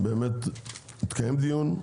באמת התקיים דיון,